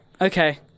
Okay